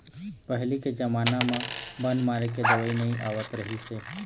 पहिली के जमाना म बन मारे के दवई नइ आवत रहिस हे